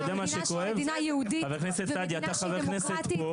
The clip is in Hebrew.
במדינה שהיא מדינה יהודית ומדינה שהיא דמוקרטית,